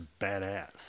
badass